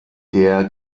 der